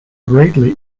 greatly